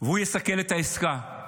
והוא יסכל את העסקה.